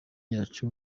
yacu